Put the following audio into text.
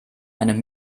eine